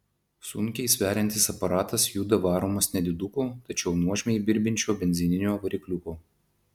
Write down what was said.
sunkiai sveriantis aparatas juda varomas nediduko tačiau nuožmiai birbiančio benzininio varikliuko